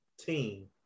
team